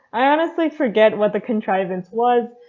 i honestly forget what the contrivance was,